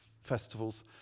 festivals